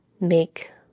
make